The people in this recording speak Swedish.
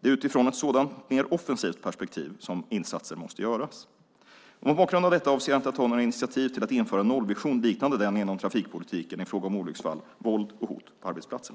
Det är utifrån ett sådant mer offensivt perspektiv som insatser måste göras. Mot denna bakgrund avser jag inte att ta några initiativ till att införa en nollvision liknande den inom trafikpolitiken i fråga om olycksfall, våld och hot på arbetsplatserna.